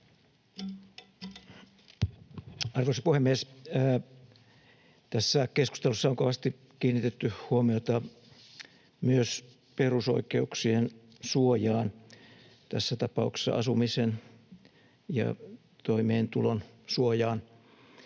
Arvoisa puhemies! Tässä keskustelussa on kovasti kiinnitetty huomiota myös perusoikeuksien suojaan, tässä tapauksessa asumisen ja toimeentulon suojaan.